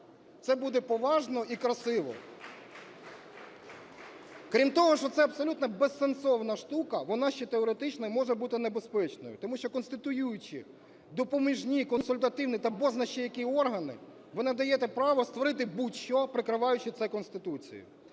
Це буде поважно і красиво. Крім того, що це абсолютно безсенсовна штука, вона ще теоретично може бути небезпечною, тому що конституюючи допоміжні консультативні та бозна-які ще органи ви надаєте право створити будь-що, прикриваючи це Конституцією.